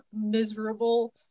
miserable